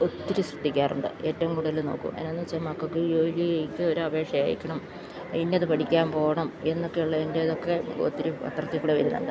ഒത്തിരി ശ്രദ്ധിക്കാറുണ്ട് ഏറ്റവും കൂടുതല് നോക്കും എന്താണെന്നുവെച്ചാല് മക്കള്ക്ക് ജോലിക്ക് ഒരപേക്ഷ അയയ്ക്കണം ഇന്നത് പഠിക്കാൻ പോകണമെന്നൊക്കെയുള്ളതിന്റെയൊക്കെ ഒത്തിരി പത്രത്തിലൂടെ വരുന്നുണ്ട്